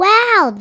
Wow